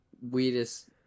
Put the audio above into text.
weirdest